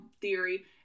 theory